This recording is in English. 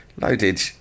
Loaded